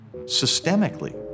systemically